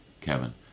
Kevin